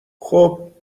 خوب